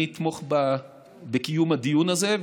אני אתמוך בקיום הדיון הזה,